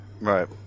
Right